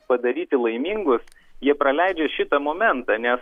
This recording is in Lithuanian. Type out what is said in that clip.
padaryti laimingus jie praleidžia šitą momentą nes